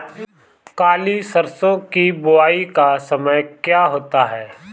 काली सरसो की बुवाई का समय क्या होता है?